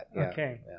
Okay